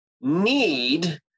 need